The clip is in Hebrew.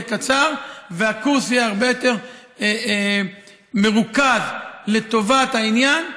קצר והקורס יהיה הרבה יותר מרוכז לטובת העניין,